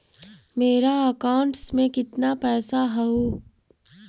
मेरा अकाउंटस में कितना पैसा हउ?